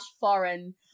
foreign